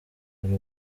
buri